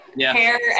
hair